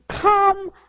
Come